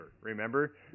remember